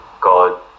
God